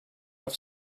have